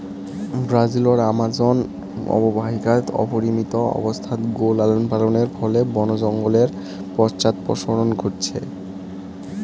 ব্রাজিলর আমাজন অববাহিকাত অপরিমিত অবস্থাত গো লালনপালনের ফলে বন জঙ্গলের পশ্চাদপসরণ ঘইটছে